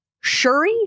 Shuri